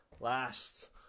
last